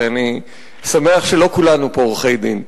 ואני שמח שלא כולנו פה עורכי-דין,